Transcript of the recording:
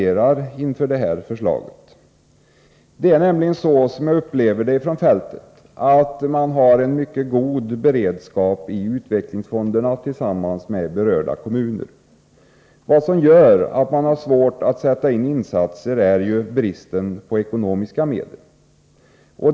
Det är nämligen så — som jag upplever det från fältet — att man i utvecklingsfonderna och i berörda kommuner har en mycket god beredskap. Det som gör att man har svårt att göra insatser är bristen på ekonomiska medel.